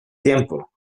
tiempo